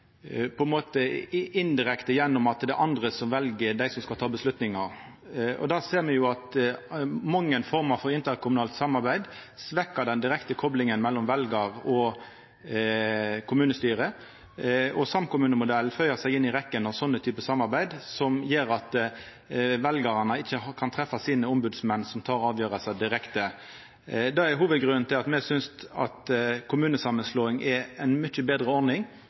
gjennom at det er andre som vel dei som skal ta avgjerder. Me ser jo at mange former for interkommunalt samarbeid svekkjer den direkte koplinga mellom veljar og kommunestyre. Samkommunemodellen føyer seg inn i rekkja av slike typar samarbeid som gjer at veljarane ikkje kan treffa ombodsmennene sine, som tek avgjerder direkte. Dette er hovudgrunnen til at me synest at kommunesamanslåing er ei mykje betre ordning,